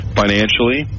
financially